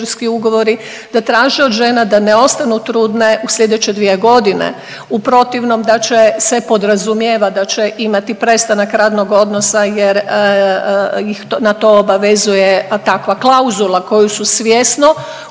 u protivnom da će se podrazumijevati da će imati prestanak radnog odnosa jer ih na to obavezuje takva klauzula koje su svjesno ugovorno